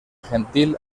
gentil